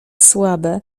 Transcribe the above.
słabe